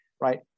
right